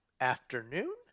afternoon